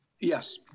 Yes